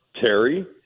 Terry